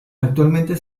actualmente